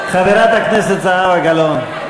חברת הכנסת זהבה גלאון,